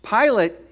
Pilate